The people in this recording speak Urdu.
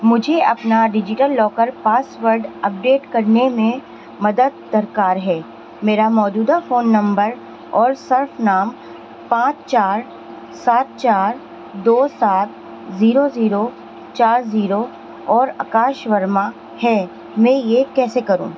مجھے اپنا ڈیجیٹل لاکر پاسورڈ اپڈیٹ کرنے میں مدد درکار ہے میرا موجودہ فون نمبر اور صرف نام پانچ چار سات چار دو سات زیرو زیرو چار زیرو اور اکاش ورما ہیں میں یہ کیسے کروں